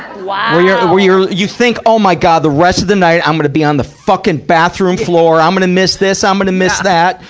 wow! yeah where you you think, oh my god! the rest of the night, i'm gonna be on the fucking bathroom floor! i'm gonna miss this. i'm gonna miss that.